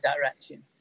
direction